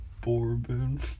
Bourbon